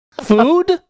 food